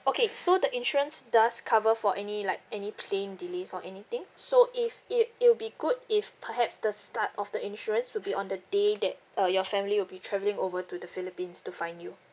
okay so the insurance does cover for any like any plane delays or anything so if it it will be good if perhaps the start of the insurance would be on the day that uh your family will be travelling over to the philippines to find you